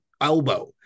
elbow